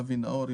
אבי נאור,